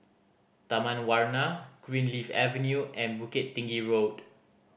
Taman Warna Greenleaf Avenue and Bukit Tinggi Road